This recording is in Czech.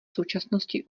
současnosti